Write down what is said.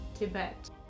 Tibet